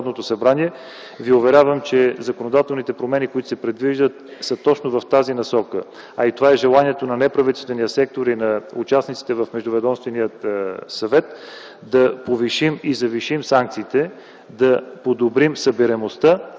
е, че законодателните промени, които се предвиждат, са точно в тази насока. Това е желанието на неправителствения сектор и на участниците в междуведомствения съвет – да повишим и завишим санкциите, да подобрим събираемостта